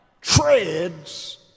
treads